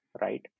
right